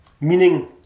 meaning